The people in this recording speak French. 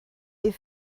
est